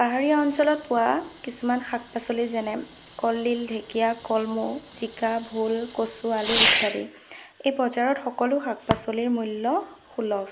পাহাৰীয়া অঞ্চলত পোৱা কিছুমান শাক পাচলি যেনে কলডিল ঢেকীয়া কলমু জিকা ভোল কচু আলু ইত্যাদি এই বজাৰত সকলো শাক পাচলিৰ মূল্য সুলভ